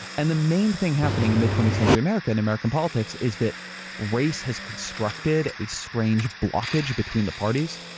and the main thing happening in mid twentieth century america and american politics is that race has constructed a strange blockage between the parties.